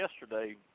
yesterday